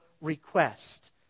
request